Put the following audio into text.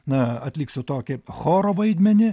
na atliksiu tokį choro vaidmenį